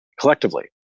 Collectively